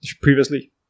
Previously